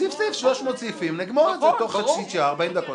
ועדת הכספים עושים את זה ככה.